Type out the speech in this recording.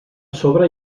sobre